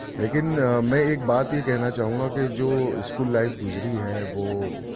لیکن میں ایک بات یہ کہنا چاہوں گا کہ جو اسکول لائف گذری ہے وہ